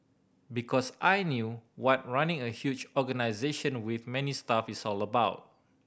because I knew what running a huge organisation with many staff is all about